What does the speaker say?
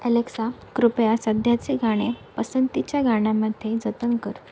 Alexa कृपया सध्याचे गाणे पसंतीच्या गाण्यामध्ये जतन कर